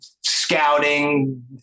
scouting